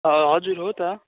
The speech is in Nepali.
अँ हजुर हो त